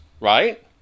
right